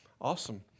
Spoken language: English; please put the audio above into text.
awesome